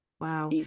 wow